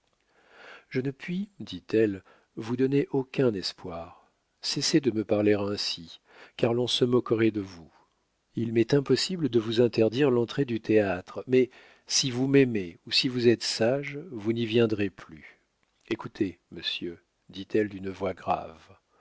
je ne puis dit-elle vous donner aucun espoir cessez de me parler ainsi car l'on se moquerait de vous il m'est impossible de vous interdire l'entrée du théâtre mais si vous m'aimez ou si vous êtes sage vous n'y viendrez plus écoutez monsieur dit-elle d'une voix grave